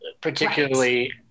particularly